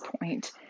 point